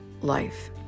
life